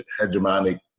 hegemonic